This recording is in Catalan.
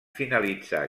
finalitzar